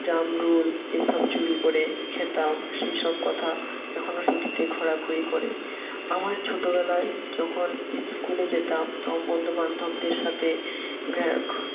জামরুল এই সব চুরি করে খেতাম সেই সব কথা এখনো স্মৃতিতে ঘোরাঘুরি করে আমার ছোটোবেলায় যখন স্কুলে যেতাম তখন বন্ধুবান্ধবদের সাথে